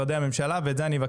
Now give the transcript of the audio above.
לבדוק את הנושא הזה,